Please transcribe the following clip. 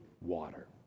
water